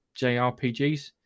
JRPGs